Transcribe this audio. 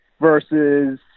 versus